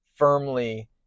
firmly